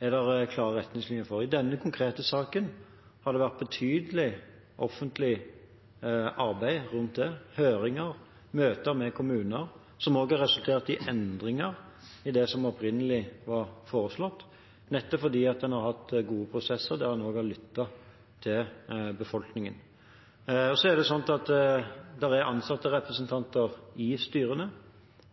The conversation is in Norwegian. er det klare retningslinjer for. I denne konkrete saken har det vært betydelig offentlig arbeid rundt det, med høringer og møter med kommuner, som også har resultert i endringer i det som opprinnelig var foreslått, nettopp fordi en har hatt gode prosesser der en også har lyttet til befolkningen. Så er det slik at det er ansattrepresentanter i styrene.